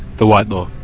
the white law?